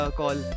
call